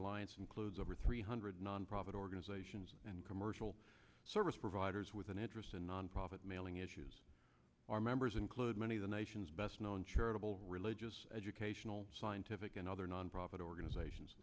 alliance includes over three hundred nonprofit organizations and commercial service providers with an interest in nonprofit mailing issues our members and closed many of the nation's best known charitable religious educational scientific and other nonprofit organizations